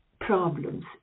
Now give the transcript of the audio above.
problems